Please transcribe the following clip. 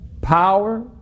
power